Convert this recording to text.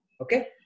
Okay